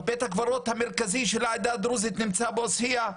בית הקברות המרכזי של העדה הדרוזית נמצא בעוספיה,